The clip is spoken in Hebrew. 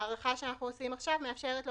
ההארכה שאנחנו עושים עכשיו מאפשרת לו